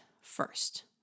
first